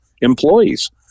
employees